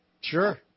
Sure